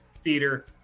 theater